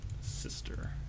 sister